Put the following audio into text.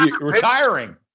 retiring